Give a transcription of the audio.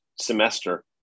semester